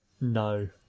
No